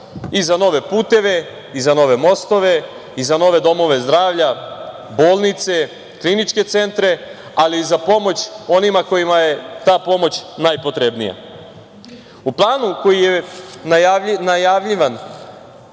i za nove puteve, i za nove mostove, i za nove domove zdravlja, bolnice, kliničke centre, ali i za pomoć onima kojima je ta pomoć najpotrebnija.U planu koji je najavljivan